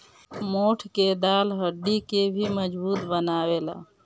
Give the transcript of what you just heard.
मोठ के दाल हड्डी के भी मजबूत बनावेला